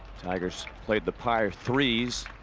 tigers played the par threes.